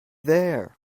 there